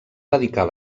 dedicar